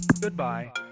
Goodbye